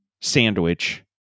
sandwich